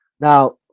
now